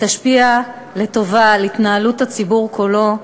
וישפיע לטובה על התנהלות הציבור כולו,